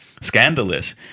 scandalous